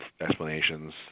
explanations